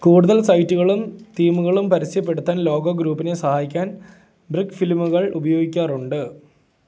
കൂടുതൽ സെറ്റുകളും തീമുകളും പരസ്യപ്പെടുത്താൻ ലോഗോ ഗ്രൂപ്പിനെ സഹായിക്കാൻ ബ്രിക് ഫിലിമുകൾ ഉപയോഗിക്കാറുണ്ട്